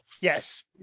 Yes